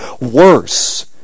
worse